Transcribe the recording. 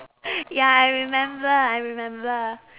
ya I remember I remember